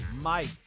Mike